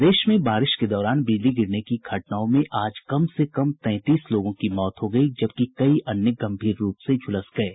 प्रदेश में बारिश के दौरान बिजली गिरने की घटनाओं में आज कम से कम तैंतीस लोगों की मौत हो गयी जबकि कई अन्य गंभीर रूप से झूलस गये